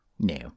No